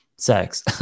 sex